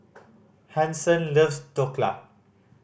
Hanson loves Dhokla